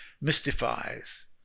mystifies